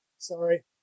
Sorry